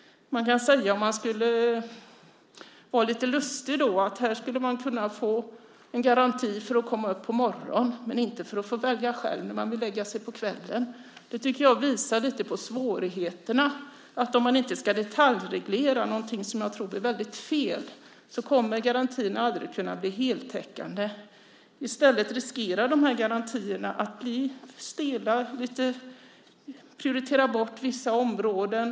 Om man vill vara lite lustig kan man säga att människor skulle få en garanti för att komma upp på morgonen men inte för att få välja själva när de vill lägga sig på kvällen. Det tycker jag visar lite på svårigheterna. Om man inte ska deltaljreglera, vilket jag tror blir väldigt fel, kommer garantierna aldrig att kunna bli heltäckande. I stället riskerar garantierna att bli stela. Man prioriterar bort vissa områden.